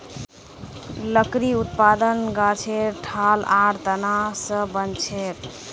लकड़ी उत्पादन गाछेर ठाल आर तना स बनछेक